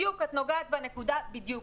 את נוגעת בנקודה בדיוק.